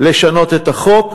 לשנות את החוק,